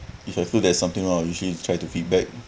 if I feel there's something wrong I usually try to feedback